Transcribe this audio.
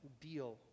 deal